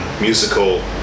musical